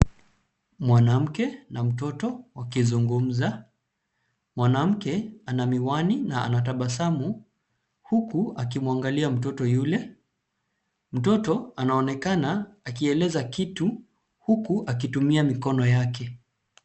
Mwanamke na mtoto wakizungumza. Mwanamke ana miwani na anatabasamu huku akimuangalia mtoto yule. Mtoto anaonekana akieleza kitu huku akitumia mikono yake.